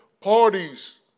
parties